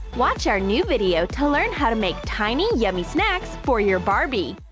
watch our new video to learn how to make tiny yummy snacks for your barbie!